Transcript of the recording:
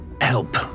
help